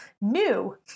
new